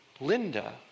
Linda